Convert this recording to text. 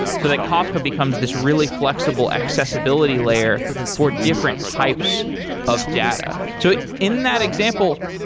so that kafka becomes this really flexible accessibility layer for different types of data so in that example,